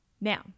Now